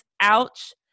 ouch